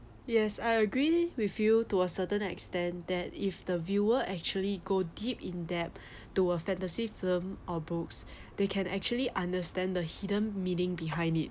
yes I agree with you to a certain extent that if the viewer actually go deep in depth to a fantasy film or books they can actually understand the hidden meaning behind it